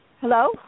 Hello